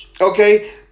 Okay